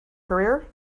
career